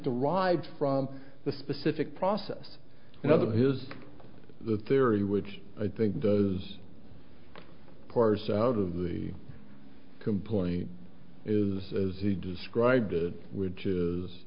derived from the specific process and other here's the theory which i think does parse out of the complaint is as he described it which is